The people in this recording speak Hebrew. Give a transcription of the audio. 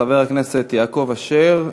חבר הכנסת יעקב אשר,